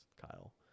Kyle